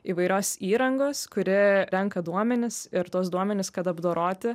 įvairios įrangos kuri renka duomenis ir tuos duomenis kad apdoroti